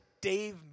Dave